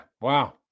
wow